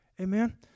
Amen